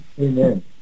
Amen